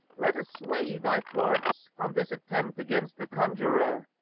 let us sway thy thoughts from this attempt against the conjurer.